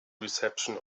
reception